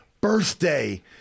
birthday